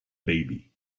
baby